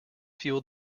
feel